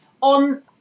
on